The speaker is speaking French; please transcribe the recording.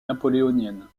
napoléonienne